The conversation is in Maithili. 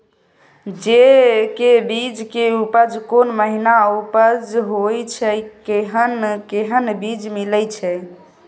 जेय के बीज के उपज कोन महीना उपज होय छै कैहन कैहन बीज मिलय छै?